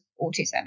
autism